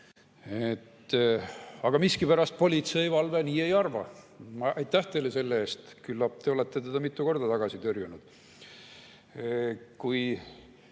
Aga miskipärast politseivalve nii ei arva. Aitäh teile selle eest! Küllap te olete teda mitu korda tagasi tõrjunud,